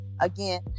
again